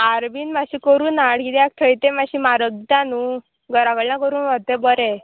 हार बीन मातशें करून हाड किद्याक थंय तें मातशें म्हारग दिता न्हू घरा कडल्यान करून व्हरता तें बरें